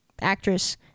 actress